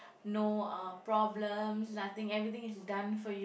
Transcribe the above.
no uh problems nothing everything is done for you